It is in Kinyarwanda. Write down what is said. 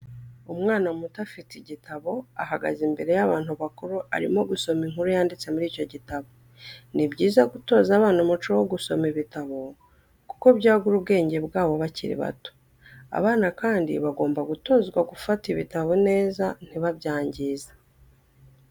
Umwana muto afite igitabo ahagaze imbere y'abantu bakuru arimo gusoma inkuru yanditse muri icyo gitabo. Ni byiza gutoza abana umuco wo gusoma ibitabo kuko byagura ubwenge bwabo bakiri bato, abana kandi bagomba gutozwa gufata ibitabo neza ntibabyangize.